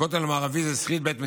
הכותל המערבי זה שריד בית מקדשנו.